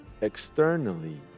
externally